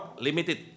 limited